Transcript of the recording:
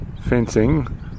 fencing